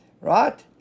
right